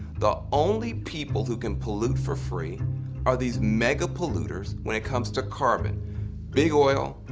the only people who can pollute for free are these megapolluters when it comes to carbon big oil,